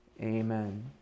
Amen